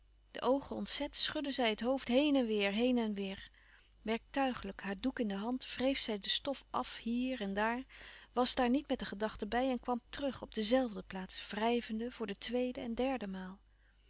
de oogen ontzet schudde zij het hoofd heen en weêr heen en weêr werktuigelijk haar doek in de hand wreef zij de stof af hier en daar was daar niet met de gedachte bij en kwam terug op de zelfde plaats wrijvende voor de tweede en derde maal